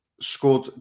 scored